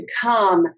come